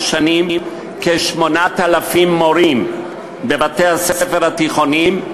שנים כ-8,000 מורים בבתי-הספר התיכוניים,